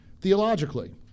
theologically